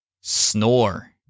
Snore